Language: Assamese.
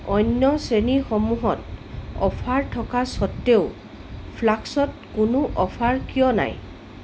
অন্য শ্ৰেণীসমূহত অফাৰ থকা স্বত্তেও ফ্লাস্কত কোনো অফাৰ কিয় নাই